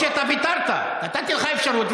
הבעת דעה, בוא נשב עם השר.